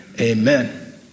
amen